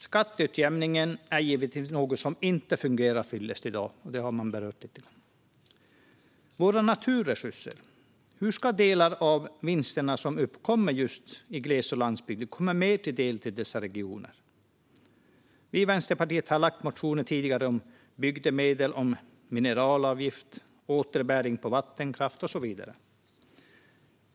Skatteutjämningen är givetvis något som inte fungerar till fyllest i dag. Hur ska delar av de vinster som uppkommer från våra naturresurser mer komma dessa regioner till del? Vi i Vänsterpartiet har väckt motioner tidigare om bygdemedel, mineralavgift, återbäring på vattenkraft och så vidare.